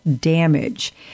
damage